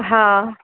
હા